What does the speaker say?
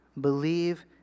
believe